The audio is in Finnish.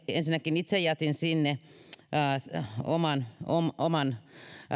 ensinnäkin itse jätin sinne oman